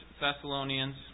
Thessalonians